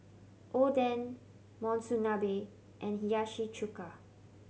Oden Monsunabe and Hiyashi Chuka